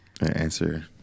answer